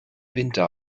winter